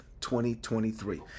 2023